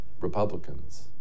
Republicans